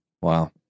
wow